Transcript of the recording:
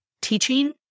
teaching